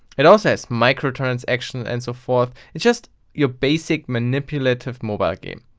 it also has microtransactions and so forth, it's just your basic manipulative mobile game.